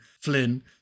Flynn